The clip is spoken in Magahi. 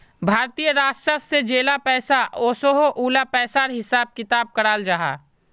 भारतीय राजस्व से जेला पैसा ओसोह उला पिसार हिसाब किताब कराल जाहा